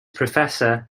professor